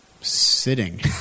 sitting